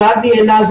שאבי העלה,